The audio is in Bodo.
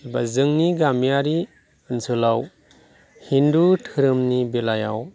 जोंनि गामियारि ओनसोलाव हिन्दु धोरोमनि बेलायाव